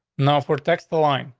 now for text the line,